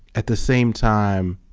at the same time